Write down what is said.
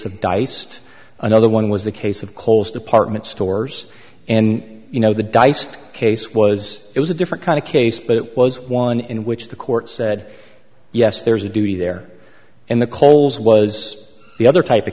of diced another one was the case of kohl's department stores and you know the dice case was it was a different kind of case but it was one in which the court said yes there's a duty there in the coles was the other type of